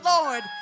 Lord